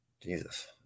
Jesus